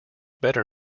better